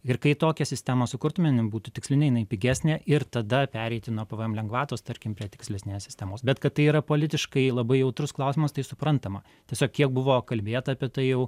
ir kai tokią sistemą sukurtume jinai būtų tikslinė jinai pigesnė ir tada pereiti nuo pvm lengvatos tarkim prie tikslesnės sistemos bet kad tai yra politiškai labai jautrus klausimas tai suprantama tiesiog kiek buvo kalbėta apie tai jau